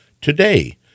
today